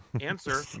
Answer